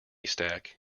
stack